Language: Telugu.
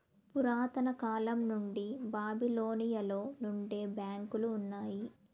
పురాతన కాలం నుండి బాబిలోనియలో నుండే బ్యాంకులు ఉన్నాయి